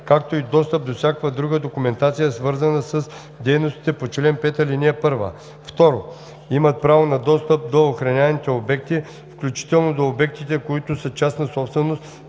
както и достъп до всякаква друга документация, свързана с дейностите по чл. 5, ал. 1; 2. имат право на достъп до охраняваните обекти, включително до обектите, които са частна собственост,